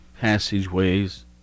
passageways